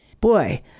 Boy